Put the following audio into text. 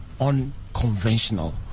unconventional